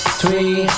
three